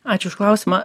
ačiū už klausimą